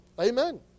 Amen